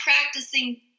practicing